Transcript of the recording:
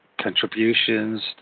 contributions